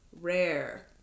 rare